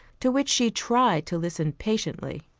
to which she tried to listen patiently.